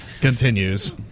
continues